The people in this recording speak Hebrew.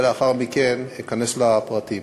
ולאחר מכן אכנס לפרטים.